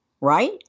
Right